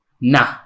Nah